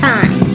Time